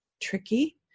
tricky